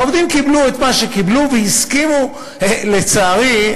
העובדים קיבלו את מה שקיבלו, והסכימו, לצערי.